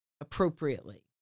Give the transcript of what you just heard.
appropriately